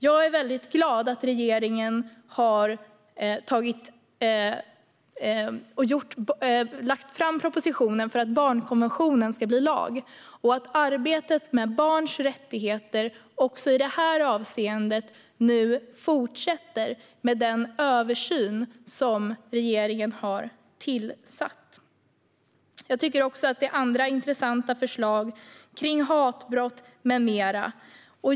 Jag är väldigt glad att regeringen har lagt fram en proposition om att barnkonventionen ska bli lag och att arbetet med barns rättigheter också i detta avseende nu fortsätter med den översyn som regeringen har aviserat. Jag tycker också att det är andra intressanta förslag kring hatbrott med mera.